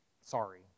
sorry